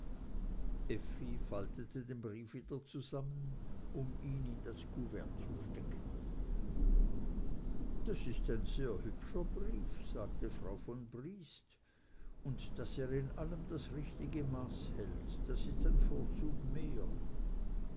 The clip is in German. faltete den brief wieder zusammen um ihn in das kuvert zu stecken das ist ein sehr hübscher brief sagte frau von briest und daß er in allem das richtige maß hält das ist ein vorzug mehr